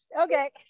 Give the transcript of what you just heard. Okay